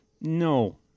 No